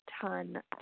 ton